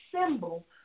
symbol